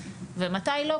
ומתי לא.